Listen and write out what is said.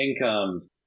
income